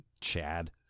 Chad